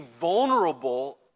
vulnerable